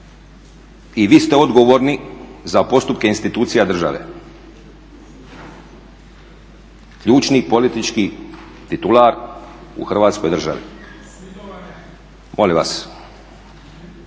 i vi ste odgovorni za postupke institucija države, ključni politički titular u Hrvatskoj državi. …